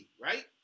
right